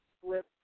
flip